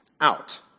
out